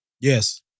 yes